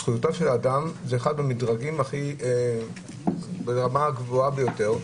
זכויותיו של האדם וחרותו זה אחד המדרגים ברמה הגבוהה ביותר.